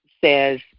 says